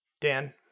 dan